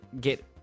get